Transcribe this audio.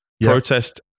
Protest